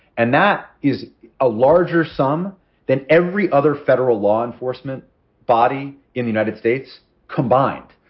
and that is a larger sum than every other federal law enforcement body in the united states combined.